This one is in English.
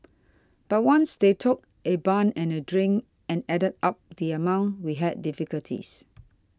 but once they took a bun and a drink and added up the amount we had difficulties